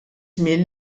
żmien